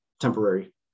temporary